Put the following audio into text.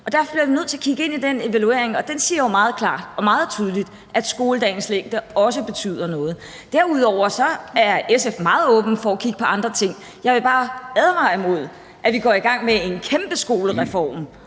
Derfor bliver vi nødt til at kigge på den evaluering, og den siger jo meget klart og tydeligt, at skoledagens længde også betyder noget. Derudover er SF meget åben for at kigge på andre ting. Jeg vil bare advare imod, at vi går i gang med en kæmpe skolereform